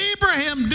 Abraham